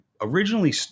originally